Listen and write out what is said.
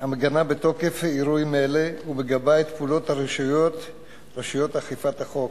המגנה בתוקף אירועים אלה ומגבה את פעולות רשויות אכיפת החוק.